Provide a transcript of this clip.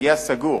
סגור.